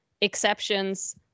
exceptions